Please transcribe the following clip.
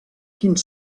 quins